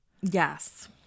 yes